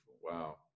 wow